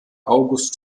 august